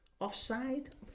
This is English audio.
offside